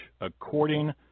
according